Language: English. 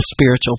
spiritual